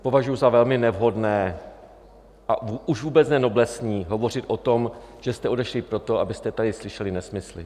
Považuji za velmi nevhodné a už vůbec ne noblesní hovořit o tom, že jste odešli proto, že byste tady slyšeli nesmysly.